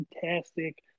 fantastic